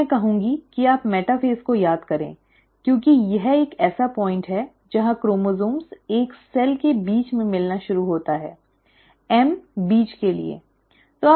तो मैं कहूंगी कि आप मेटाफ़ेज़ को याद करें क्योंकि यह एक ऐसा बिंदु है जहाँ क्रोमोसोम्स एक सेल के बीच में मिलना शुरू होता है एम बीच के लिए